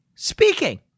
Speaking